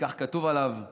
כך כתוב עליו,